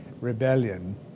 rebellion